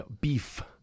Beef